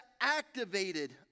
activated